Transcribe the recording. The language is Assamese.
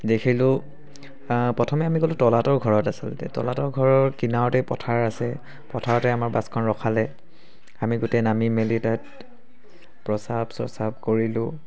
দেখিলোঁ প্ৰথমে আমি গলোঁ তলাতল ঘৰত আচলতে তলাতল ঘৰৰ কিনাৰতেই পথাৰ আছে পথাৰতেই আমাৰ বাছখন ৰখালে আমি গোটেই নামি মেলি তাত প্ৰস্ৰাৱ শ্ৰস্ৰাৱ কৰিলোঁ